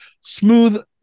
smooth